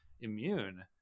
immune